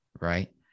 right